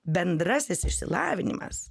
bendrasis išsilavinimas